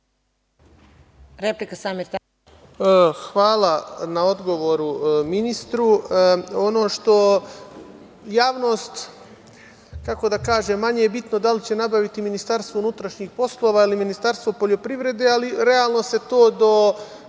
Hvala na odgovoru ministru. Ono što javnost, kako da kažem, manje je bitno da li će nabaviti Ministarstvo unutrašnjih poslova ili Ministarstvo poljoprivrede, ali realno se to do